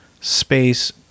space